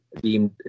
deemed